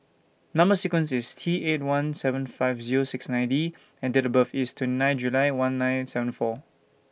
Number sequence IS T eight one seven five Zero six nine D and Date of birth IS twenty nine July one nine seven four